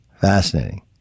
Fascinating